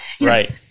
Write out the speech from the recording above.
Right